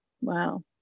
Wow